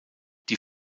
die